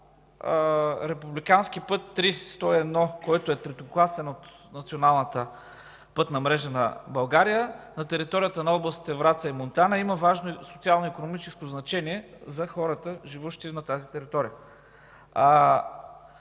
републикански път ІІІ-101, който е третокласен, от националната пътна мрежа на България на територията на областите Враца и Монтана има важно социално икономическо значение за хората, живеещи на тази територия.